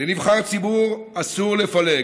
לנבחר ציבור אסור לפלג,